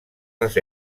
les